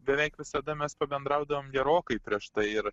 beveik visada mes pabendraudavom gerokai prieš tai ir